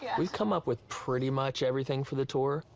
we've come up with pretty much everything for the tour.